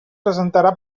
presentarà